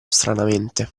stranamente